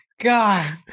God